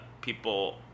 people